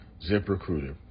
ZipRecruiter